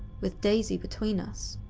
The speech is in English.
with daisy between us.